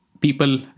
people